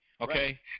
Okay